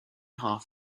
half